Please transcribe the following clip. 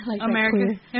America